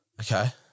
Okay